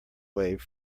wave